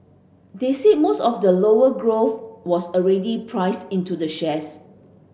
they said most of the lower growth was already priced into the shares